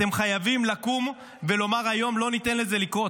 אתם חייבים לקום ולומר: היום לא ניתן לזה לקרות.